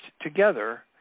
together